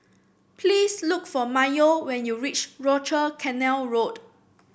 please look for Mayo when you reach Rochor Canal Road